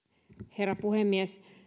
herra puhemies